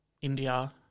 India